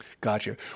Gotcha